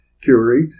Curie